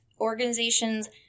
Organizations